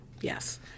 yes